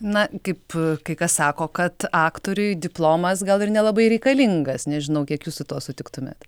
na kaip kai kas sako kad aktoriui diplomas gal ir nelabai reikalingas nežinau kiek jūs su tuo sutiktumėt